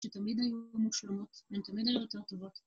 ‫שתמיד היו מושלמות, ‫והן תמיד היו יותר טובות.